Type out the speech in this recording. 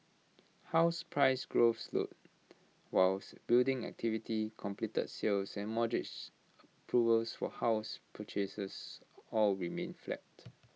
house price growth slowed whilst building activity completed sales and mortgage approvals for house purchase all remained flat